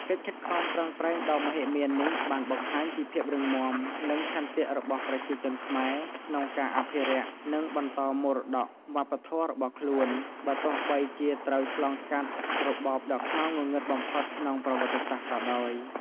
កិច្ចខិតខំប្រឹងប្រែងដ៏មហិមានេះ បានបង្ហាញពីភាពរឹងមាំ និងឆន្ទៈរបស់ប្រជាជនខ្មែរក្នុងការអភិរក្ស និងបន្តមរតកវប្បធម៌របស់ខ្លួន បើទោះបីជាត្រូវឆ្លងកាត់របបដ៏ខ្មៅងងឹតបំផុតក្នុងប្រវត្តិសាស្ត្រក៏ដោយ។